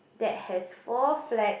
that has four flag